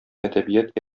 әдәбият